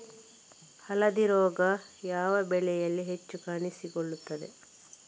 ಹಳದಿ ರೋಗ ಯಾವ ಬೆಳೆಯಲ್ಲಿ ಹೆಚ್ಚು ಕಾಣಿಸಿಕೊಳ್ಳುತ್ತದೆ?